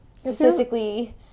statistically